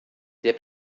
der